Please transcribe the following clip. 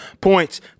points